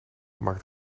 maakt